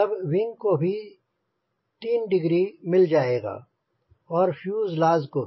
तब विंग को भी 3 डिग्री मिल जाएगा और फ्यूजलाज़ को भी